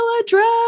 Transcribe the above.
address